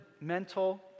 mental